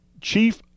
chief